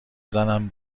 بزنن